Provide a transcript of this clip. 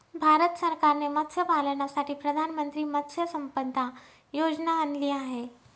भारत सरकारने मत्स्यपालनासाठी प्रधानमंत्री मत्स्य संपदा योजना आणली आहे